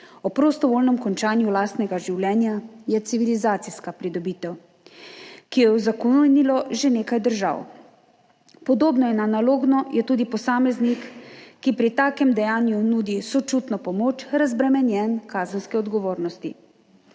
o prostovoljnem končanju lastnega življenja je civilizacijska pridobitev, ki jo je uzakonilo že nekaj držav. Podobno in analogno je tudi posameznik, ki pri takem dejanju nudi sočutno pomoč, razbremenjen kazenske odgovornosti.